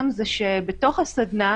מדובר בחברה פרטית.